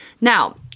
Now